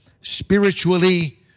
spiritually